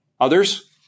Others